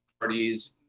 parties